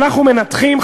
אנחנו מנתחים,